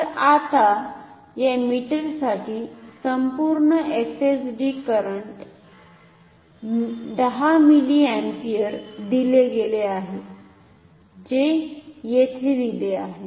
तर आता या मीटरसाठी संपूर्ण FSD करंट 10 मिलीअपीयर दिले गेले आहे जे येथे दिले आहे